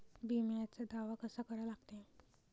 बिम्याचा दावा कसा करा लागते?